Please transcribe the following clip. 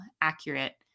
accurate